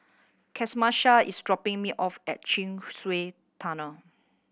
Camisha is dropping me off at Chin Swee Tunnel